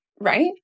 right